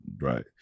Right